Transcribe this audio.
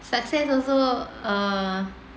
success also uh